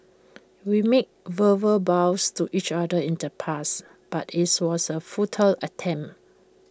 we made verbal vows to each other in the past but IT was A futile attempt